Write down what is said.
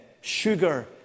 sugar